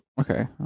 okay